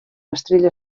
estrella